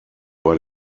bei